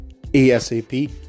ASAP